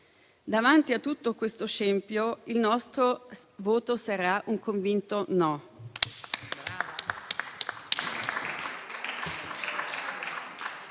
Davanti a tutto questo scempio, il nostro voto sarà un convinto no.